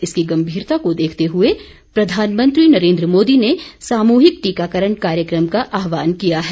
इसकी गंभीरता को देखते हुए प्रधानमंत्री नरेंद्र मोदी ने सामूहिक टीकाकरण कार्यक्रम का आह्वान किया है